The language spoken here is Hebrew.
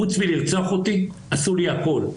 חוץ מלרצוח אותי עשו לי הכול,